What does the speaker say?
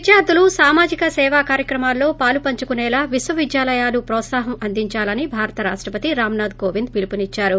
విద్యార్లులు సామాజిక సేవా కార్యక్రమాల్లో పలుపంచుకునేలా విశ్వవిద్యాలయాలు ప్రోత్సాహం అందించాలని భారత రాష్టపతి రామ్ నాథ్ కోవిండ్ పిలుపునిచ్చారు